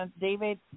David